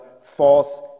false